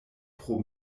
pro